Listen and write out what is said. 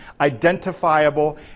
identifiable